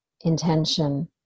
intention